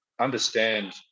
understand